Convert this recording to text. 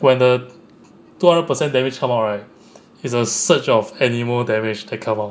when the two hundred percent damage come out right it's a surge of anemo damage that kind of